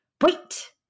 Wait